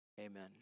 Amen